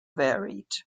varied